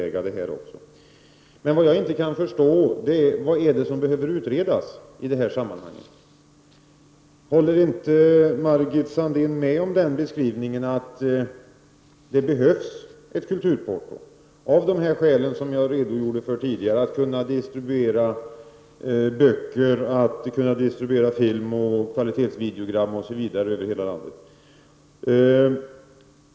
Men vad jag inte kan förstå är vad som behöver utredas i detta sammanhang. Håller inte Margit Sandéhn med om att det av de skäl som jag redogjort för tidigare — att man behöver kunna distribuera böcker, film, kvalitetsvideogram osv. över hela landet — behövs ett kulturporto?